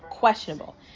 questionable